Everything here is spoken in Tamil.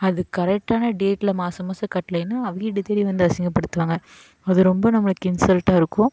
அது கரெக்டான டேட்டில் மாதம் மாதம் கட்டலேனா ஆ வீடு தேடி வந்து அசிங்கப்படுத்துவாங்க அது ரொம்ப நம்மளுக்கு இன்சல்ட்டாக இருக்கும்